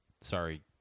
Sorry